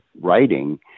writing